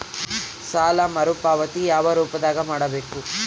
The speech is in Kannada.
ಸಾಲ ಮರುಪಾವತಿ ಯಾವ ರೂಪದಾಗ ಮಾಡಬೇಕು?